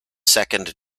second